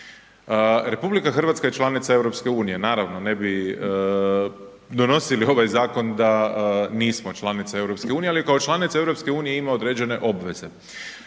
g. života. RH je članica EU, naravno ne bi donosili ovaj zakon da nismo članica EU, ali kao članica EU ima određene obveze,